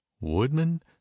woodman